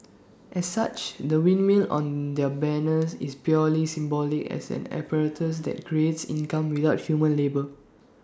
as such the windmill on their banners is purely symbolic as an apparatus that creates income without human labour